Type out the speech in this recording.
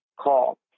call